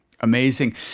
Amazing